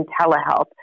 telehealth